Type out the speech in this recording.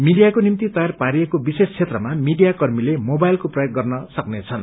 मीडियाको निम्ति तयार पारिएको विशेष क्षेत्रमा मीडिया कर्मीले मोबाइलको प्रयोग गर्न सक्नेछन्